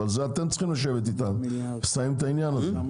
אבל זה אתם צריכים לשבת איתם ולסיים את העניין הזה.